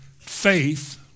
faith